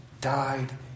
died